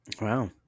Wow